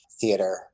theater